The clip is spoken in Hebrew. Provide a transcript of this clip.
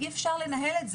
אי אפשר לנהל את זה.